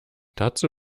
dazu